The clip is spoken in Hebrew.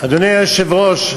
אדוני היושב-ראש,